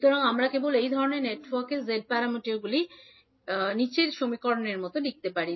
সুতরাং আমরা কেবল এই ধরণের নেটওয়ার্কের Z প্যারামিটারগুলি 𝐳12𝐳 𝐳21𝒃 10 z11𝒃 𝐳22𝒃 হিসাবে লিখতে পারি